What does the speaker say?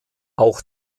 auch